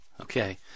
Okay